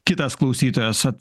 kitas klausytojas